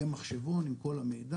יהיה מחשבון עם כל המידע,